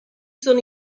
sono